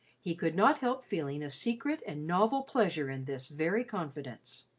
he could not help feeling a secret and novel pleasure in this very confidence.